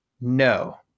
no